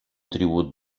tribut